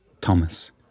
Thomas